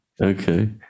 okay